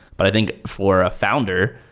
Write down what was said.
but i think for a founder,